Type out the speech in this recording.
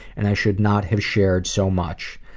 and i should not have shared so much.